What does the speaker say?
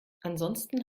ansonsten